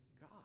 God